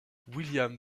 william